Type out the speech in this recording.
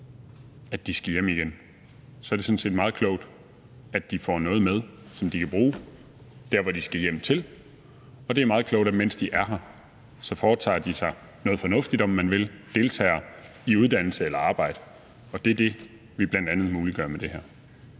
at de skal hjem igen, sådan set er meget klogt, at de får noget med, som de kan bruge der, hvor de skal hjem til. Det er meget klogt, at de, mens de er her, foretager sig noget fornuftigt, om man vil, deltager i uddannelse eller arbejde. Og det er det, vi bl.a. muliggør med det her.